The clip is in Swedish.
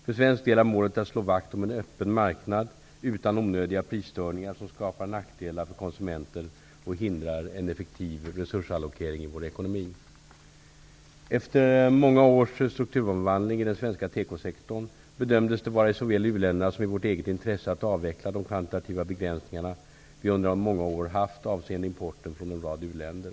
För svensk del är målet att slå vakt om en öppen marknad utan onödiga prisstörningar som skapar nackdelar för konsumenten och hindrar en effektiv resursallokering i vår ekonomi. Efter många års strukturomvandling i den svenska tekosektorn bedömdes det vara i såväl u-ländernas som i vårt eget intresse att avvecka de kvantitativa begränsningarna vi under många år haft avseende importen från en rad u-länder.